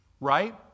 right